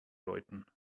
läuten